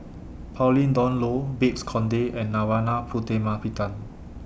Pauline Dawn Loh Babes Conde and Narana Putumaippittan